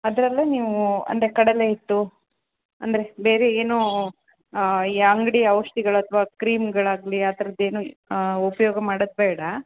ಅದರಲ್ಲೆ ನೀವು ಅಂದರೆ ಕಡಲೆ ಹಿಟ್ಟು ಅಂದರೆ ಬೇರೆ ಏನು ಈ ಅಂಗಡಿ ಔಷಧಿಗಳು ಅಥ್ವಾ ಕ್ರೀಮ್ಗಳಾಗಲಿ ಆ ಥರದ್ದೇನು ಉಪಯೋಗ ಮಾಡೋದು ಬೇಡ